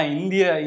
India